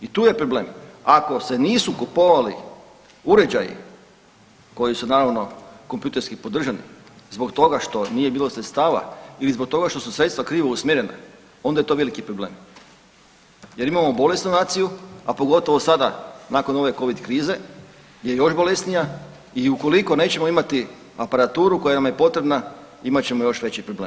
I tu je problem, ako se nisu kupovali uređaji koji su naravno kompjuterski podržani zbog toga što nije bilo sredstava ili zbog toga što su sredstva krivo usmjerena onda je to veliki problem jel imamo bolesnu naciju, a pogotovo sada nakon ove covid krize je još bolesnija i ukoliko nećemo imati aparaturu koja nam je potrebna, imat ćemo još veći problem.